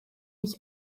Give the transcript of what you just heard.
ich